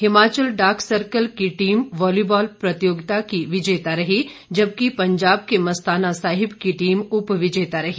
हिमाचल डाक सर्कल की team volleyball प्रतियोगता की विजेता रही जबकि पंजाब के मस्ताना साहिब की टीम उपविजेता रही